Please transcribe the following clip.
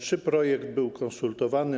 Czy projekt był konsultowany?